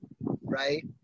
right